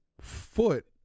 foot